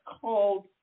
called